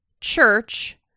church